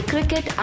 Cricket